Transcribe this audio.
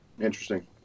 Interesting